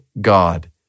God